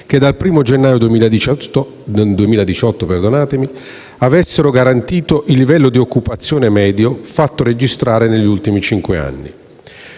che dal 1° gennaio 2018 avessero garantito il livello di occupazione medio fatto registrare negli ultimi cinque anni,